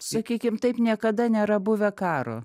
sakykim taip niekada nėra buvę karo